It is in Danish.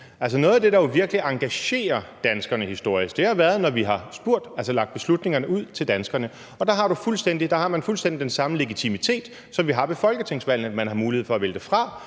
noget af det, der jo virkelig engagerer danskerne historisk, har været, når vi har lagt beslutningerne ud til danskerne. Der har man fuldstændig den samme legitimitet, som vi har ved folketingsvalgene: Man har mulighed for at vælge det